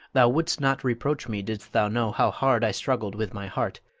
thou wouldst not reproach me, didst thou know how hard i struggled with my heart,